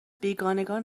بیگانگان